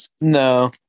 No